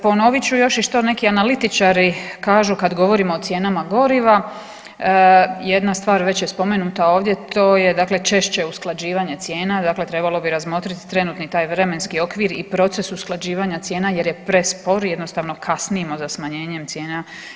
Ponovit ću još i što neki analitičari kažu kad govorimo o cijenama goriva, jedna stvar već je spomenuta ovdje, to je dakle češće usklađivanje cijena, dakle trebalo bi razmotriti trenutni taj vremenski okvir i proces usklađivanja cijena jer je prespor i jednostavno kasnimo za smanjenjem cijena.